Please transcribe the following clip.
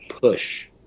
push